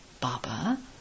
Baba